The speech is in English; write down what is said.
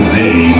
day